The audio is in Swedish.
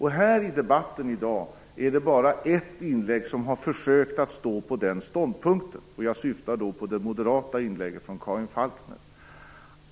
Här i debatten i dag är det bara ett inlägg där man har försökt stå på den ståndpunkten, och jag syftar då på det moderata inlägget från Karin Falkmer.